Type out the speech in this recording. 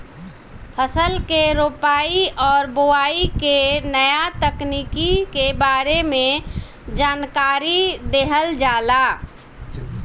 फसल के रोपाई और बोआई के नया तकनीकी के बारे में जानकारी देहल जाला